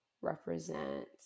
represent